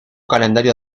calendario